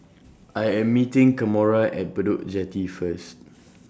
I Am meeting Kamora At Bedok Jetty First